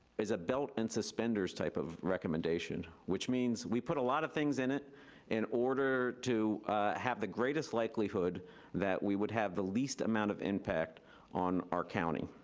is a belt and suspenders type of recommendation, which means we put a lot of things in it in order to have the greatest likelihood that we would have the least amount of impact on our county.